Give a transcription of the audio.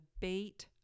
bait